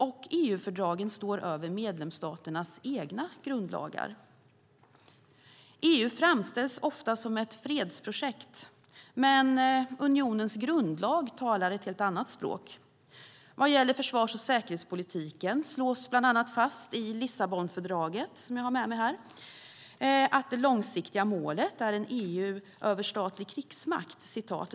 Och EU-fördragen står över medlemsstaternas egna grundlagar. EU framställs ofta som ett fredsprojekt, men unionens grundlag talar ett helt annat språk. Vad gäller försvars och säkerhetspolitiken slås bland annat fast i Lissabonfördraget, som jag har med mig här, att det långsiktiga målet är en EU-överstatlig krigsmakt.